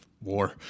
war